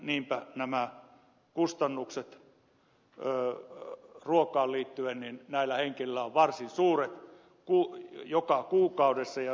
niinpä kustannukset ruokaan liittyen näillä henkilöillä ovat varsin suuret joka kuukausi